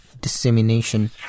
dissemination